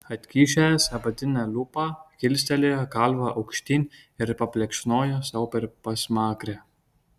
atkišęs apatinę lūpą kilstelėjo galvą aukštyn ir paplekšnojo sau per pasmakrę